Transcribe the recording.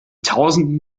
tausenden